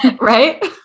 right